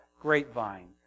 grapevine